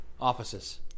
offices